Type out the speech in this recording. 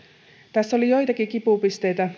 tässä esityksessä oli joitakin kipupisteitä